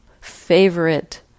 favorite